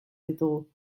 ditugu